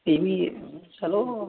फ्ही बी चलो